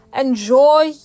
enjoy